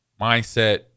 Mindset